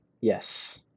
yes